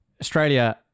Australia